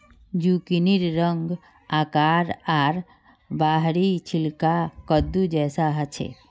जुकिनीर रंग, आकार आर बाहरी छिलका कद्दू जैसा ह छे